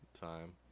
Time